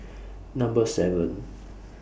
Number seven